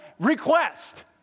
request